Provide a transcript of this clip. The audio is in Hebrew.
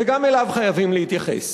וגם אליו חייבים להתייחס.